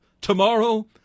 Tomorrow